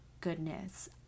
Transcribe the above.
goodness